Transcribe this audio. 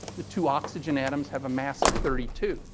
the two oxygen atoms have a mass of thirty two.